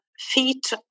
feet